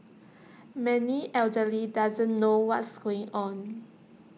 many elderly doesn't know what's going on